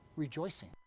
rejoicing